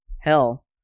Hell